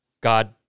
God